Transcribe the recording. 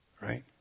right